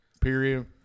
period